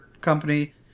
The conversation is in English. company